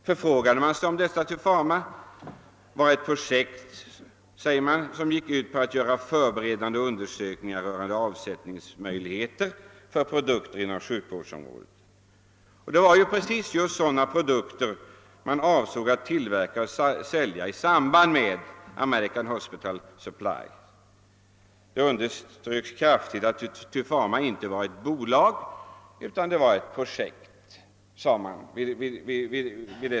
Förfrågade man sig om Tufama fick man veta att det gällde ett projekt som gick ut på att göra förberedande undersökningar rörande av sättningsmöjligheter för produkter inom sjukvårdsområdet. Det var just sådana produkter som man avsåg att tillverka och sälja tillsammans med American Hospital Supply. Vid besöket underströks kraftigt att Tufama inte var ett bolag utan ett projekt.